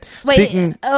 Speaking